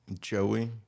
Joey